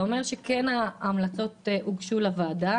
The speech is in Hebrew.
אתה אומר שההמלצות הוגשו לוועדה,